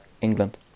England